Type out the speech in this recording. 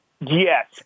Yes